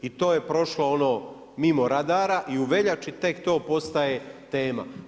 I to je prošlo ono, mimo radara i u veljači tek to postaje tema.